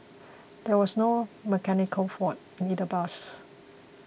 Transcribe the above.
there was no mechanical fault in either bus